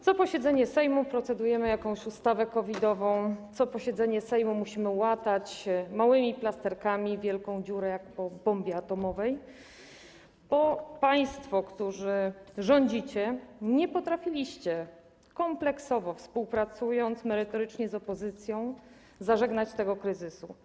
Co posiedzenie Sejmu procedujemy nad jakąś ustawą COVID-ową, co posiedzenie Sejmu musimy łatać małymi plasterkami wielką dziurę, jak po bombie atomowej, bo państwo, którzy rządzicie, nie potrafiliście kompleksowo, współpracując merytorycznie z opozycją, zażegnać tego kryzysu.